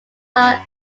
are